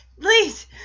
please